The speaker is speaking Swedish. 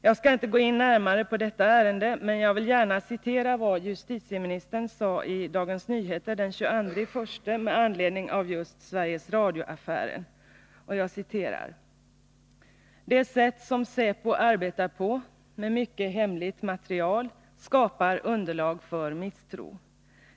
Jag skall inte gå in närmare på detta ärende, men jag vill gärna citera vad justitieministern sade i Dagens Nyheter den 22 januari med anledning av just Sveriges Radio-affären: ”Det sätt som Säpo arbetar på — med mycket hemligt material — skapar underlag för misstro.